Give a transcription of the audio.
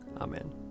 Amen